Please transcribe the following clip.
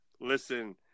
listen